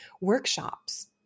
workshops